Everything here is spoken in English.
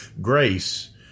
Grace